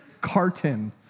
carton